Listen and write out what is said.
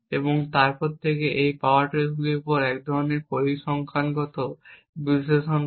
এবং তারপর থেকে এই পাওয়ার ট্রেসগুলির উপর একধরনের পরিসংখ্যানগত বিশ্লেষণ করা